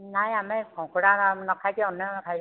ନାଇ ଆମେ କଙ୍କଡା ନ ଖାଇକି ଅନ୍ୟ କ'ଣ ଖାଇବା